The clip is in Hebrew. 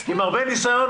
עם הרבה ניסיון,